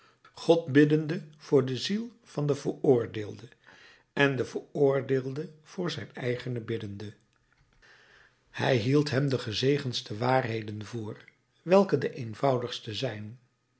god biddende voor de ziel van den veroordeelde en de veroordeelde voor zijn eigene biddende hij hield hem de gezegendste waarheden voor welke de eenvoudigste zijn